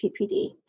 PPD